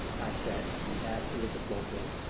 i said as we passed into the smoke room.